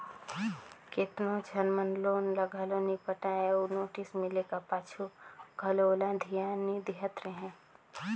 केतनो झन मन लोन ल घलो नी पटाय अउ नोटिस मिले का पाछू घलो ओला धियान नी देहत रहें